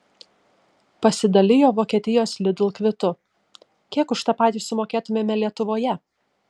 pasidalijo vokietijos lidl kvitu kiek už tą patį sumokėtumėme lietuvoje